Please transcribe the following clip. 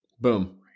Boom